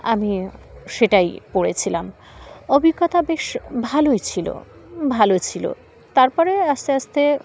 আমি সেটাই পড়েছিলাম অভিজ্ঞতা বেশ ভালোই ছিল ভালো ছিল তারপরে আস্তে আস্তে